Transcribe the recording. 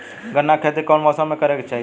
गन्ना के खेती कौना मौसम में करेके चाही?